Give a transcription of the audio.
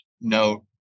no